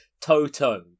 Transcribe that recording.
Toto